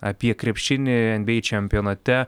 apie krepšinį nba čempionate